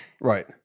Right